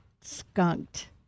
skunked